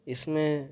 اس میں